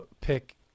pick